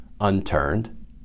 unturned